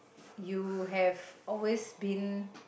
you have always been